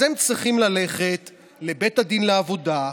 אז הם צריכים ללכת לבית הדין לעבודה,